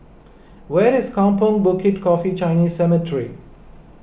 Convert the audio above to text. where is Kampong Bukit Coffee Chinese Cemetery